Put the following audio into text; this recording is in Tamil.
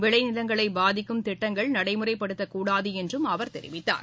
விளைநிலங்களை பாதிக்கும் திட்டங்கள் நடைமுறைப்படுத்தப்படக்கூடாது என்று அவர் தெரிவித்தார்